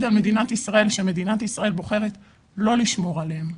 על מדינת ישראל כאשר מדינת ישראל בוחרת לא לשמור עליהם.